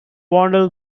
blonde